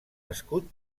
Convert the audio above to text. escut